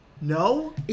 No